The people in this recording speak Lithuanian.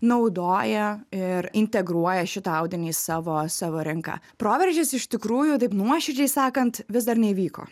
naudoja ir integruoja šitą audinį į savo savo rinką proveržis iš tikrųjų taip nuoširdžiai sakant vis dar neįvyko